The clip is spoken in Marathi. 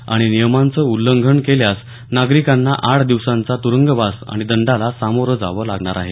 आणि नियमांचं उल्लंघन केल्यास नागरिकांना आठ दिवसांचा तुरुंगवास आणि दंडाला सामोरं जावं लागणार आहे